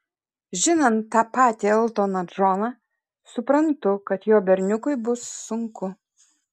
žinant tą patį eltoną džoną suprantu kad jo berniukui bus sunku